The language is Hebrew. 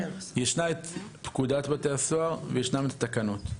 יש את פקודת בתי הסוהר ויש את התקנות.